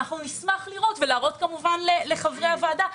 נשמח לראות ולהראות לחברי הוועדה,